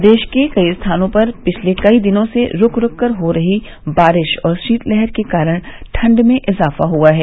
प्रदेश के कई स्थानों पर पिछले कई दिनों से रूक रूक कर हो रही बारिश और शीतलहर के कारण ठण्ड में इजाफ हुआ है